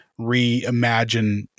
reimagine